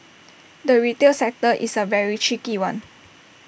the retail sector is A very tricky one